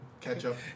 ketchup